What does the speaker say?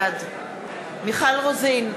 בעד מיכל רוזין,